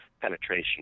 penetration